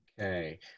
okay